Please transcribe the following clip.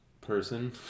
person